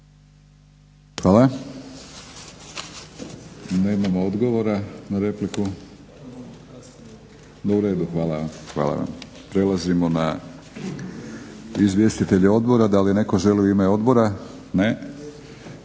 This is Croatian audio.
Hvala. Nemamo odgovora na repliku. Uredu, hvala vam. Prelazimo na izvjestitelje odbora. Da li netko želi u ime odbora? Ne.